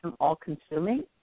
all-consuming